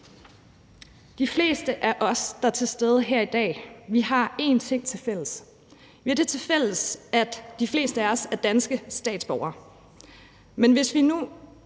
De fleste af os, der er til stede her i dag, har én ting tilfælles, nemlig at vi er danske statsborgere. Men hvis vi nu